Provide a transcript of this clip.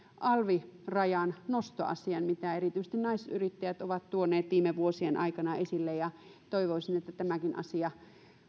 alvirajannostoasian mitä erityisesti naisyrittäjät ovat tuoneet viime vuosien aikana esille toivoisin että tämäkin asia